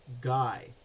guy